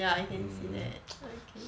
ya I can see that okay